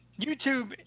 YouTube